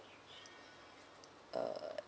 err